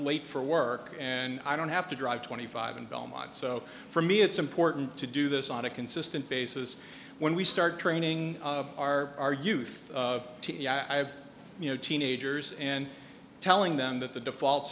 late for work and i don't have to drive twenty five in belmont so for me it's important to do this on a consistent basis when we start training our argues i have you know teenagers and telling them that the default